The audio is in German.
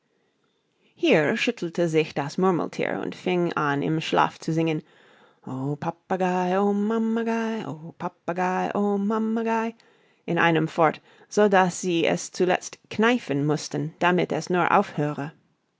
hier schüttelte sich das murmelthier und fing an im schlaf zu singen o papagei o mamagei o papagei o mamagei in einem fort so daß sie es zuletzt kneifen mußten damit es nur aufhöre